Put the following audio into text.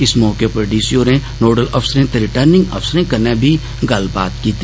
इस मौके उप्पर डी सी होरे नोडल अफसरें रिटर्निंग अफसरें कन्नै बी गल्लबात कीती